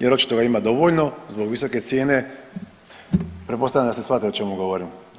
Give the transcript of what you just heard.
jer očito ga ima dovoljno zbog visoke cijene, pretpostavljam da ste shvatili o čemu govorim.